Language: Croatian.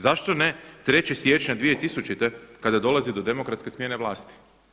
Zašto ne 3. siječnja 2000. kada dolazi do demokratske smjene vlasti?